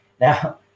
Now